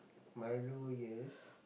Milo yes